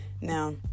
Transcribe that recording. Now